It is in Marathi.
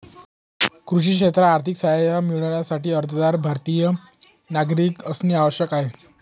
कृषी क्षेत्रात आर्थिक सहाय्य मिळविण्यासाठी, अर्जदार भारतीय नागरिक असणे आवश्यक आहे